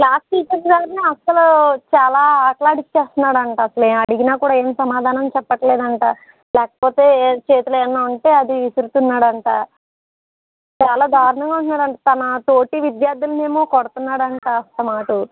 class teacher గారిని అసలు చాలా ఆటలు ఆడించేస్తున్నాడు అంట అసలు ఏం అడిగినా కూడా సమాధానం చెప్పటం లేదు అంట లేకపోతే ఏద్ చేతిలో ఏమన్నా ఉంటే అది విసురుతున్నాడు అంట చాలా దారుణంగా ఉంటున్నాడు అంట తన తోటి విధ్యార్థులని ఏమో కొడుతున్నాడు అంట అస్తమానం